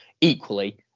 equally